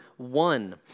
One